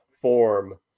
form